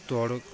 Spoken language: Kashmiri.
تورُک